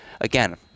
again—